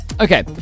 Okay